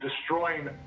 destroying